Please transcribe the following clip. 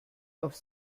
auf